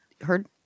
heard